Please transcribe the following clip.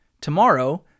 Tomorrow